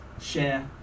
Share